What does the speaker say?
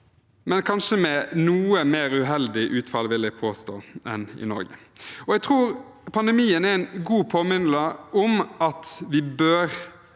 men kanskje med noe mer uheldig utfall, vil jeg påstå, enn i Norge. Jeg tror pandemien er en god påminner om at vi